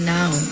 now